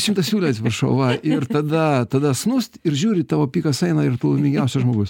šimtasiūlė atsiprašau va ir tada tada snūst ir žiūri tavo pikas eina ir tu laimingiausias žmogus